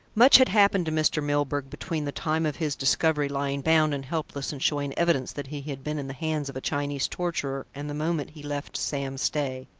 much had happened to mr. milburgh between the time of his discovery lying bound and helpless and showing evidence that he had been in the hands of a chinese torturer and the moment he left sam stay.